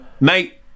mate